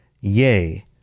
Yea